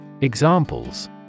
Examples